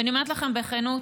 ואני אומרת לכם בכנות,